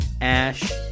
ash